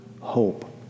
hope